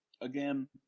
Again